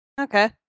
Okay